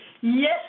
Yes